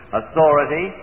authority